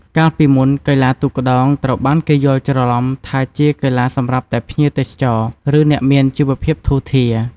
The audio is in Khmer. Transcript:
កាលពីមុន កីឡាទូកក្ដោងត្រូវបានគេយល់ច្រឡំថាជាកីឡាសម្រាប់តែភ្ញៀវទេសចរ ឬអ្នកមានជីវភាពធូរធារ។